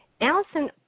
Allison